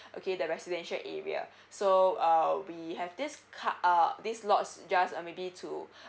okay the residential area so uh we have this car uh this lots just uh maybe to